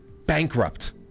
Bankrupt